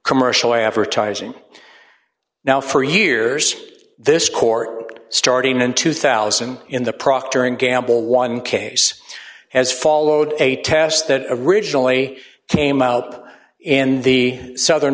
commercial advertising now for years this court starting in two thousand in the procter and gamble one case has followed a test that originally came out in the southern